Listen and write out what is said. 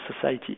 society